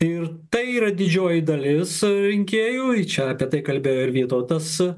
ir tai yra didžioji dalis surinkėjų čia apie tai kalbėjo ir vytautas su